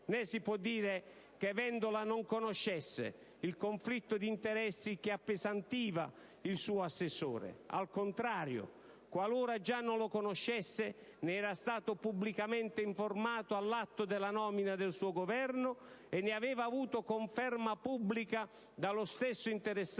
Né si può dire che Vendola non conoscesse il conflitto d'interessi che appesantiva il suo assessore. Al contrario, qualora già non lo conoscesse, ne era stato pubblicamente informato all'atto della nomina del suo governo e ne aveva avuto conferma pubblica dallo stesso interessato